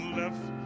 left